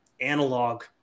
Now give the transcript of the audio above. analog